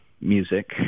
music